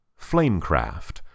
Flamecraft